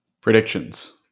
Predictions